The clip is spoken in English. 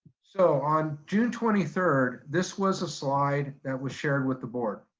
so on june twenty third, this was a slide that was shared with the board,